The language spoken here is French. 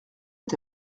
est